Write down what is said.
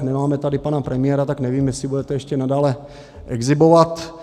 Nemáme tady pana premiéra, tak nevím, jestli budete ještě nadále exhibovat.